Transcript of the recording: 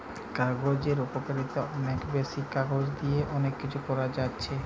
কাগজের উপকারিতা অনেক বেশি, কাগজ দিয়ে অনেক কিছু করা যাচ্ছে